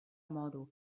moro